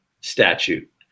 statute